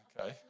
Okay